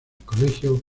colegio